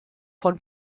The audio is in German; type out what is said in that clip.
von